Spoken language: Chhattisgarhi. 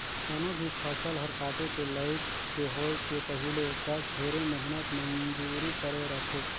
कोनो भी फसल हर काटे के लइक के होए के पहिले तक ढेरे मेहनत मंजूरी करे रथे